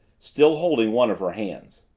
still holding one of her hands.